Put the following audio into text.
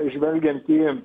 žvelgiant į